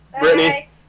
Brittany